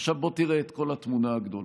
עכשיו, בוא תראה את כל התמונה הגדולה.